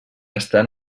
estan